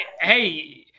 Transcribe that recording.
hey